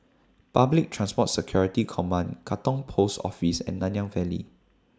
Public Transport Security Command Katong Post Office and Nanyang Valley